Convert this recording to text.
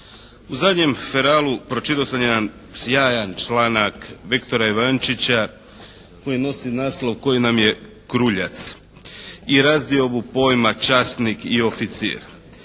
U zadnjem "Feralu" pročitao sam jedan sjajan članak Viktora Ivančića koji nosi naslov: "Koji nam je kruljac" i razdiobu pojma časnik i oficir.